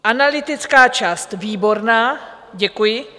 Analytická část výborná děkuji.